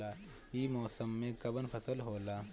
ई मौसम में कवन फसल होला?